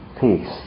peace